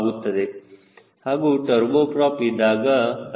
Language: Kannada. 42 ಆಗುತ್ತದೆ ಹಾಗೂ ಟರ್ಬೋ ಪ್ರೋಪ ಇದ್ದಾಗ ಅದರ ಮೌಲ್ಯವು 0